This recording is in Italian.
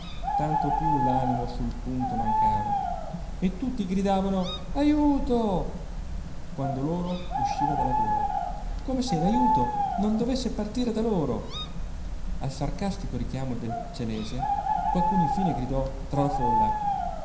tanto piú l'animo sul punto mancava e tutti gridavano ajuto quanto loro usciva dalla gola come se l'ajuto non dovesse partire da loro al sarcastico richiamo del celèsia qualcuno infine gridò tra la folla